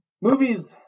Movies